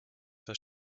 das